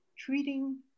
treating